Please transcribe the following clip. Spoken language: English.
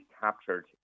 captured